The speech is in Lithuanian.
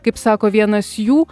kaip sako vienas jų